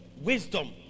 wisdom